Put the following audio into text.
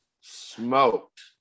Smoked